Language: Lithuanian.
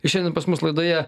šiandien pas mus laidoje